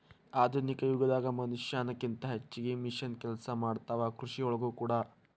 ಆಧುನಿಕ ಯುಗದಾಗ ಮನಷ್ಯಾನ ಕಿಂತ ಹೆಚಗಿ ಮಿಷನ್ ಕೆಲಸಾ ಮಾಡತಾವ ಕೃಷಿ ಒಳಗೂ ಕೂಡಾ